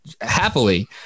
happily